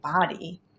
body